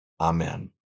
Amen